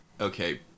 Okay